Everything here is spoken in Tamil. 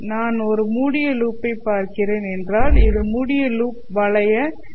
நான் ஒரு மூடிய லூப்பை பார்க்கிறேன் என்றால் இது மூடிய லூப் வளைய எம்